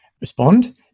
respond